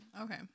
Okay